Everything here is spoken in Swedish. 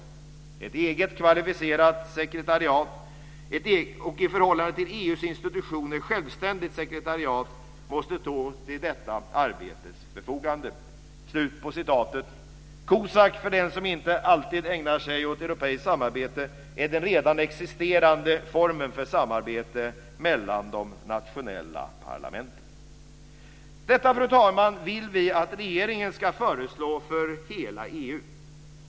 Ett eget kvalificerat - och i förhållande till EU:s institutioner självständigt - sekretariat måste stå till detta arbetes förfogande." COSAC - för den som inte alltid ägnar sig åt europeiskt samarbete - är den redan existerande formen för samarbete mellan de nationella parlamenten. Detta, fru talman, vill vi att regeringen ska föreslå för hela EU.